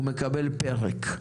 הוא מקבל פרק.